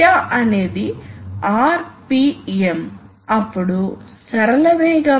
కాబట్టి కొన్నిసార్లు ఈ Pd Pu ప్రెజర్ ని కొనసాగించాల్సిన అవసరం ఉంది